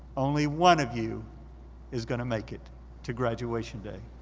only one of you is gonna make it to graduation day.